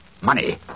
Money